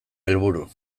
helburu